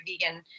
vegan